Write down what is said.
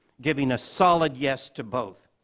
giving a solid yes to both.